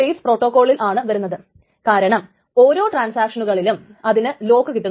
T എന്ന ട്രാൻസാക്ഷന്റെ timestamp x ന്റെ റീഡ് ടൈംസ്റ്റാബിനേക്കാൾ ചെറുത് ആണെന്നു കരുതുക